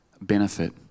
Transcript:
benefit